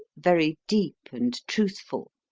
very deep and truthful.